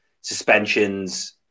suspensions